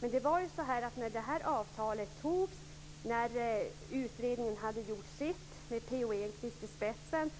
Men det var ju så att när det här avtalet antogs, när utredningen hade gjort sitt med P O Enquist i spetsen,